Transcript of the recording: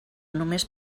només